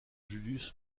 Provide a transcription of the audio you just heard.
julius